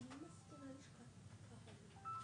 מופע הצביעות הזה.